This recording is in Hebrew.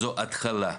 זו התחלה.